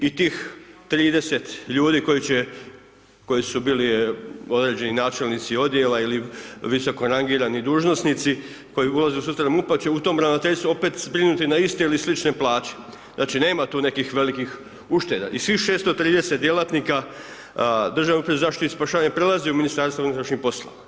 I tih 30 ljudi koji će, koji su bili određeni načelnici odjela ili visoko rangirani dužnosnici koji ulaze u sustav MUP-a će u tom ravnateljstvu opet se brinuti na iste ili slične plaće, znači nema tu nekih velikih ušteda i svih 630 djelatnika Državne uprave za zaštitu i spašavanje prelazi u MUP.